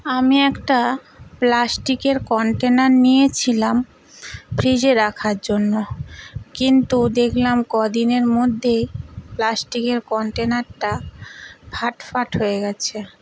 আমি একটা প্লাস্টিকের কন্টেনার নিয়েছিলাম ফ্রিজে রাখার জন্য কিন্তু দেখলাম কদিনের মধ্যেই প্লাস্টিকের কন্টেনারটা ফাট ফাট হয়ে গেছে